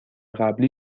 قبلی